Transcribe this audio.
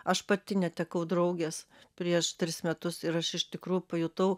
aš pati netekau draugės prieš tris metus ir aš iš tikrųjų pajutau